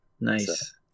Nice